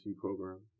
program